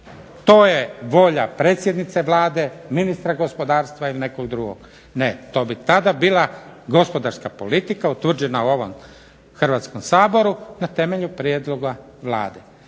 to je volja predsjednice Vlade, ministra gospodarstva ili nekog drugog. Ne, to bi tada bila gospodarska politika utvrđena u ovom Hrvatskom saboru na temelju prijedloga Vlade.